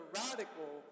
radical